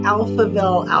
Alphaville